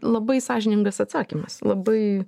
labai sąžiningas atsakymas labai